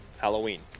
Halloween